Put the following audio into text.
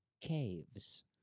caves